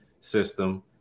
system